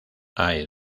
hay